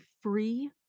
free